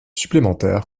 supplémentaire